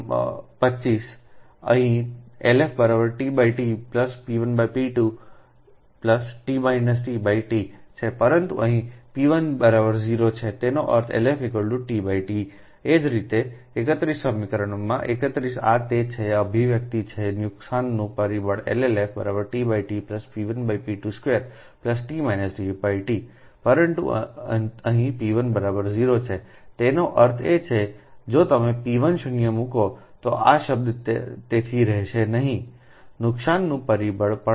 તેથી તમારું સમીકરણ તમારું 25 સમીકરણ 25 અહીં તેLF t T p1p2 T છે પરંતુ અહીં p1 0 છેતેનો અર્થ છે LF tTએ જ રીતે 31 સમીકરણમાં 31 આ તે છે આ અભિવ્યક્તિ છે નુકસાનનું પરિબળ LLF t T p1p22 Tપરંતુ અહીં p1 0 છેતેનો અર્થ છેજો તમે p 1 શૂન્ય મૂકો આ શબ્દ તેથી રહેશે નહીં નુકસાનનું પરિબળ પણLLFtTઆ અહીં પણ આ એક છે